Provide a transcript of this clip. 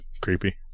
creepy